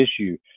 issue